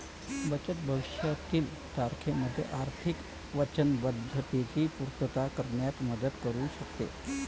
बचत भविष्यातील तारखेमध्ये आर्थिक वचनबद्धतेची पूर्तता करण्यात मदत करू शकते